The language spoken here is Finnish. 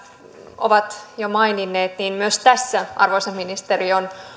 ovat jo maininneet myös tässä arvoisa ministeri